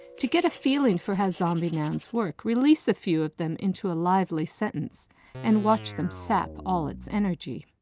to get a feeling for how zombie nouns work, release a few of them into a lively sentence and watch them sap all its energy.